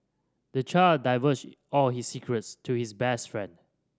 the child divulged all his secrets to his best friend